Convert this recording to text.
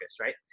right